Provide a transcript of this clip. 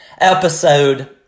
episode